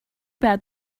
bad